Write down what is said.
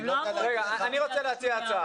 הם לא אמרו את זה.